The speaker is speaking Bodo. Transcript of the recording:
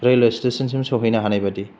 रेलवे स्टेसन सिम सहैनो हानाय बायदि